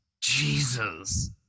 Jesus